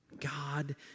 God